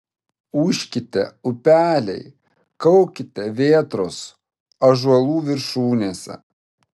ūžkite upeliai kaukite vėtros ąžuolų viršūnėse